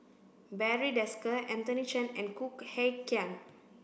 Barry Desker Anthony Chen and Khoo Kay Hian